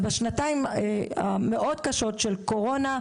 בשנתיים המאוד קשות של הקורונה,